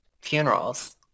funerals